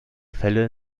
fälle